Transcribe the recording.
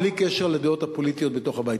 בלי קשר לדעות הפוליטיות בתוך הבית הזה.